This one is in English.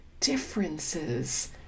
differences